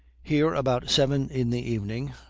here, about seven in the evening,